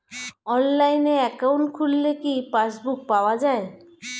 অনলাইনে একাউন্ট খুললে কি পাসবুক পাওয়া যায়?